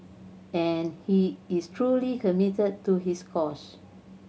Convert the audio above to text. and he is truly committed to this cause